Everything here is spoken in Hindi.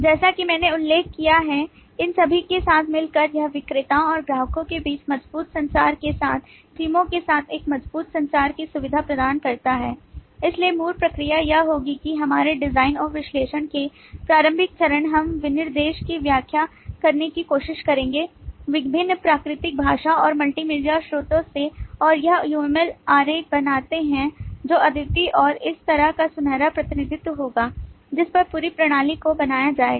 जैसा कि मैंने उल्लेख किया है और इन सभी के साथ मिलकर यह विक्रेताओं और ग्राहक के बीच मजबूत संचार के साथ टीमों के साथ एक मजबूत संचार की सुविधा प्रदान करता है इसलिए मूल प्रक्रिया यह होगी कि हमारे डिजाइन और विश्लेषण के प्रारंभिक चरण हम विनिर्देश की व्याख्या करने की कोशिश करेंगे विभिन्न प्राकृतिक भाषा और multimedia स्रोतों से और यह UML आरेख बनाते हैं जो अद्वितीय और एक तरह का सुनहरा प्रतिनिधित्व होगा जिस पर पूरी प्रणाली को बनाया जाएगा